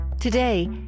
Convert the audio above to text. Today